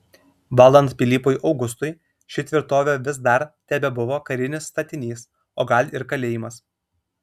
valdant pilypui augustui ši tvirtovė vis dar tebebuvo karinis statinys o gal ir kalėjimas